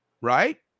right